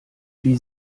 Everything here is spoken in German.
wie